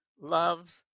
love